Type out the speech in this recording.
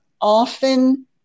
often